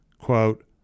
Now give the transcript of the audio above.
quote